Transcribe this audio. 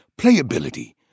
playability